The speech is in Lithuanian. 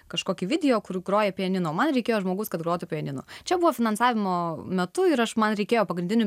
kažkokį video kur groja pianinu man reikėjo žmogaus kad grotu pianinu čia buvo finansavimo metu ir aš man reikėjo pagrindinių